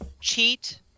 cheat